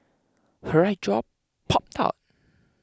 her right jaw popped out